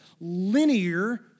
linear